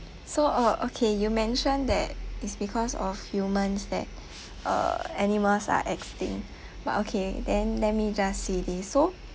so uh okay you mentioned that is because of humans that uh animals are extinct but okay then let me just see this so